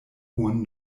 hohen